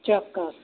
ચોક્કસ